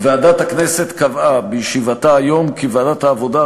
ועדת הכנסת קבעה בישיבתה היום כי ועדת העבודה,